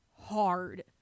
hard